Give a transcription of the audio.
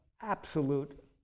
absolute